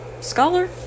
scholar